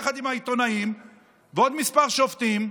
יחד עם העיתונאים ועוד מספר שופטים,